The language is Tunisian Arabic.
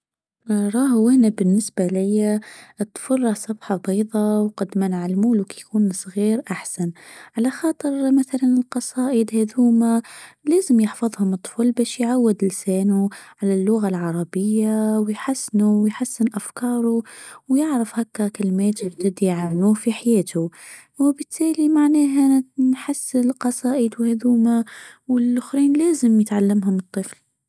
أراه وأنا بالنسبة ليا الطفولة صفحة بيضاء وقد ما نعلموله ككون صغير أحسن، على خاطر مثلا القصائد هاذوما لازم يحفظهم الطفل باش يعود لسانو على اللغة العربية ويحسنو ويحسن أفكارو ويعرف هاكا كلمات لي كيعانيو في حياتو، وبالتالي معناها نحس القصائد وهذوما ولخرين لازم يتعلمهم الطفل.